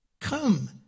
Come